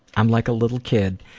i'm like a little kid.